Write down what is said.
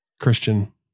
Christian